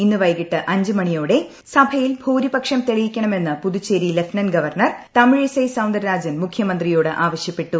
ഇന്ന് വൈകിട്ട് അഞ്ച് മണിയോടെ സഭയിൽ ഭൂരിപക്ഷം തെളിയിക്കണമെന്ന് Puducherry lieutenant governor Tamilisai Soundararajan മുഖ്യമന്ത്രിയോട് ആവശ്യപ്പെട്ടു